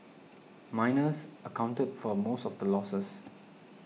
miners accounted for most of the losses